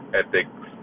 ethics